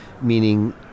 meaning